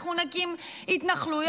אנחנו נקים התנחלויות,